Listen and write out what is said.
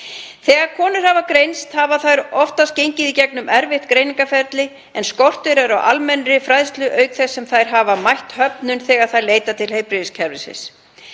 Þegar konur hafa greinst hafa þær oftast gengið í gegnum erfitt greiningarferli, en skortur er á almennri fræðslu auk þess sem þær hafa mætt höfnun þegar þær leita til heilbrigðiskerfisins.